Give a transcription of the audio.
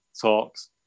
talks